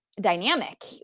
dynamic